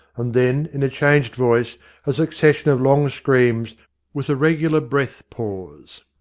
and then in a changed voice a succession of long screams with a regular breath-pause.